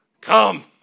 Come